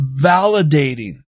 validating